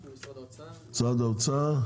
משרד האוצר.